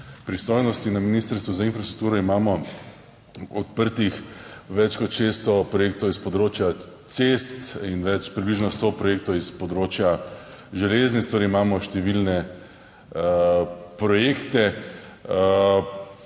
pristojnosti. Na Ministrstvu za infrastrukturo imamo odprtih več kot 600 projektov s področja cest in več približno sto projektov s področja železnic. Torej, imamo številne projekte,